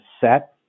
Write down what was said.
set